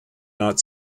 not